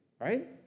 right